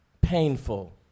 painful